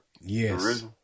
Yes